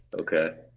Okay